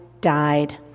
died